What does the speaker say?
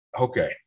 okay